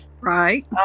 right